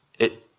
it,